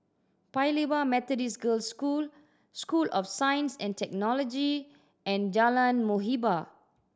Paya Lebar Methodist Girls' School School of Science and Technology and Jalan Muhibbah